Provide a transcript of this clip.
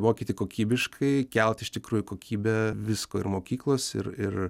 mokyti kokybiškai kelt iš tikrųjų kokybę visko ir mokyklos ir ir